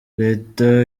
reta